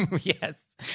Yes